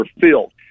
filled